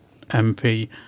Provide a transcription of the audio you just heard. MP